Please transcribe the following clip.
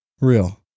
Real